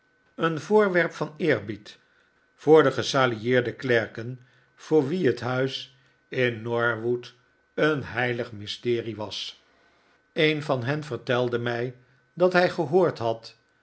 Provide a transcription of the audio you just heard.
een voorwerp van eerbied voor de gesalarieerde klerken voor wie het huis in norwood een heilig mysterie was een van hen vertelde mij dat hij gehoord had